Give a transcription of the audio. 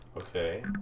Okay